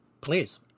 Please